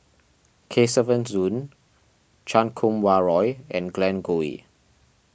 Kesavan Soon Chan Kum Wah Roy and Glen Goei